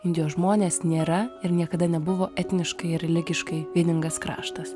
indijos žmonės nėra ir niekada nebuvo etniškai ir religiškai vieningas kraštas